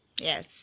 yes